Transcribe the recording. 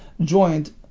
joint